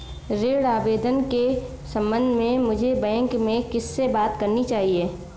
ऋण आवेदन के संबंध में मुझे बैंक में किससे बात करनी चाहिए?